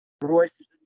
Royce